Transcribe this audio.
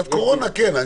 ועדת קורונה, כן.